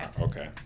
Okay